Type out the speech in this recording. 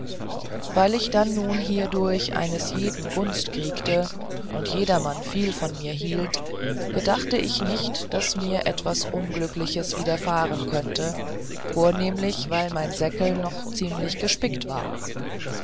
weil ich dann nun hierdurch eines jeden gunst kriegte und jedermann viel von mir hielt gedachte ich nicht daß mir etwas unglückliches widerfahren könnte vornehmlich weil mein säckel noch ziemlich gespickt war